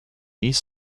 east